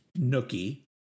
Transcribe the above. Nookie